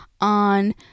on